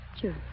Sure